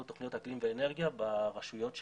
תוכניות אקלים ואנרגיה ברשויות שלהן.